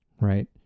right